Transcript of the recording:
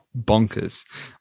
bonkers